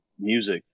music